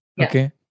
Okay